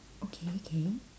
okay okay